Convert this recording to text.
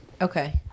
Okay